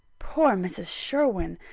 poor mrs. sherwin!